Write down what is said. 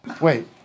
Wait